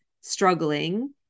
struggling